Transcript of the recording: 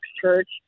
Church